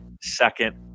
second